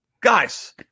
Guys